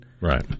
Right